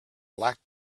black